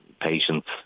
patients